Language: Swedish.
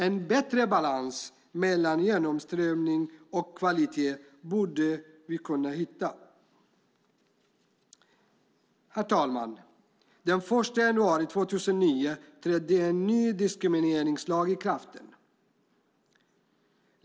En bättre balans mellan genomströmning och kvalitet borde vi kunna hitta. Herr talman! Den 1 januari 2009 trädde en ny diskrimineringslag i kraft.